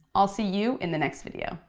i'll see you in the next video.